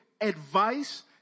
advice